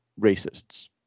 racists